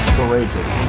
Courageous